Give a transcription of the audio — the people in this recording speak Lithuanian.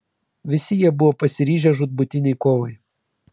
visi jie buvo pasiryžę žūtbūtinei kovai